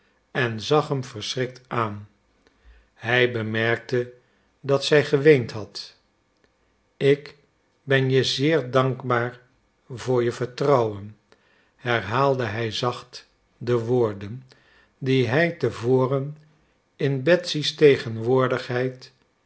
en zag hem verschrikt aan hij bemerkte dat zij geweend had ik ben je zeer dankbaar voor je vertrouwen herhaalde hij zacht de woorden die hij te voren in betsy's tegenwoordigheid